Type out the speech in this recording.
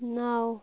نَو